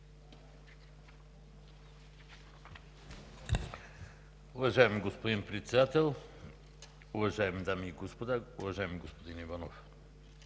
Уважаеми господин Председател, уважаеми дами и господа! Уважаеми господин Иванов,